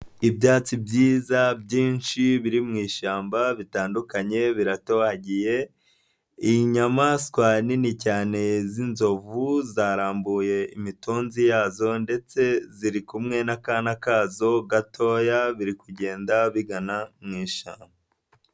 Ibyatsi byiza byinshi biri mu ishyamba bitandukanye, biratohagiye, inyamaswa nini cyane z'inzovu zarambuye imitunzi yazo ndetse ziri kumwe n'akana kazo gatoya biri kugenda bigana mu ishyamba.